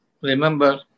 remember